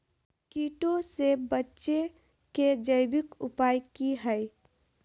कीटों से बचे के जैविक उपाय की हैय?